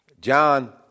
John